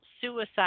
Suicide